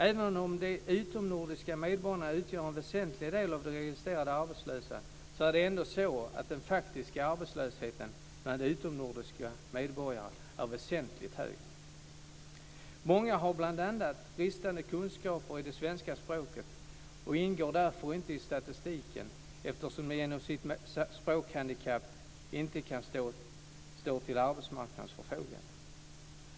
Även om de utomnordiska medborgarna utgör en väsentlig del av de registrerade arbetslösa är det ändå så att den faktiska arbetslösheten hos de utomnordiska medborgarna är väsentligt högre. Många har bl.a. bristande kunskaper i det svenska språket och ingår därför inte i statistiken, eftersom de genom sitt språkhandikapp inte kan stå till arbetsmarknadens förfogande.